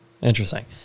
Interesting